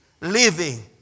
living